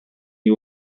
you